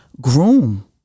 groom